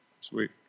Sweet